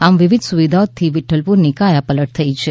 આમ વિવિધ સુવિધા થી વિઠ્ઠલપુરની કાયા પલટી છે